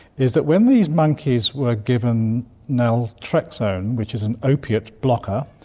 is that when these monkeys were given naltrexone, which is an opiate blocker,